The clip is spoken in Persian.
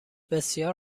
بسیار